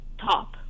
top